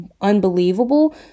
unbelievable